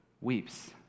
weeps